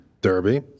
Derby